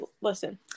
listen